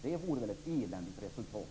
Det vore väl ett eländigt resultat.